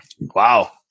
Wow